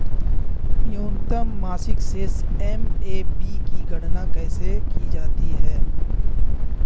न्यूनतम मासिक शेष एम.ए.बी की गणना कैसे की जाती है?